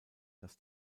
dass